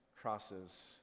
crosses